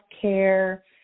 care